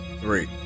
Three